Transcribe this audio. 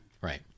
Right